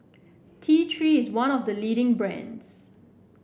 T Three is one of the leading brands